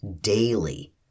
daily